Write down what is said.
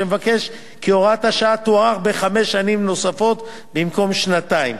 שמבקש כי הוראת השעה תוארך בחמש שנים נוספות במקום שנתיים.